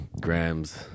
grams